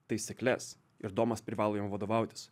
taisykles ir domas privalo jom vadovautis